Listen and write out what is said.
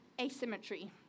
asymmetry